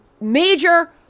major